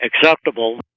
acceptable